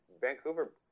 Vancouver